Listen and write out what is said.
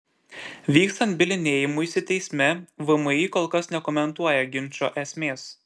vykstant bylinėjimuisi teisme vmi kol kas nekomentuoja ginčo esmės